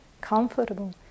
comfortable